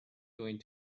going